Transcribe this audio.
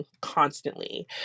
constantly